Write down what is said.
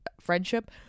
friendship